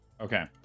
Okay